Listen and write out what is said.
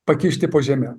pakišti po žeme